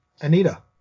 Anita